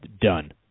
Done